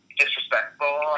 disrespectful